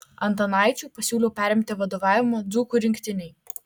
antanaičiui pasiūliau perimti vadovavimą dzūkų rinktinei